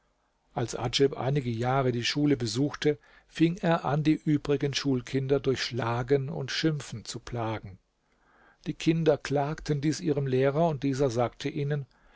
als adjib einige jahre die schule besuchte fing er an die übrigen schulkinder durch schlagen und schimpfen zu plagen die kinder klagten dies ihrem lehrer und dieser sagte ihnen